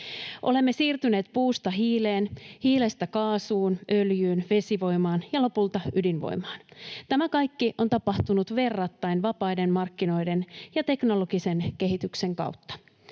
Olemme siirtyneet puusta hiileen, hiilestä kaasuun, öljyyn, vesivoimaan ja lopulta ydinvoimaan. Tämä kaikki on tapahtunut verrattain vapaiden markkinoiden ja teknologisen kehityksen kautta.